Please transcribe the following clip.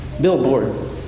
billboard